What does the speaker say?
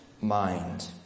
mind